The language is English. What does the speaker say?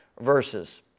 verses